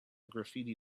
graffiti